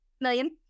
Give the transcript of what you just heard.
Million